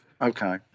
Okay